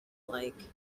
like